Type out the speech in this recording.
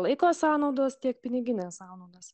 laiko sąnaudos tiek pinigines sąnaudas